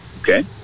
Okay